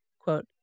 Quote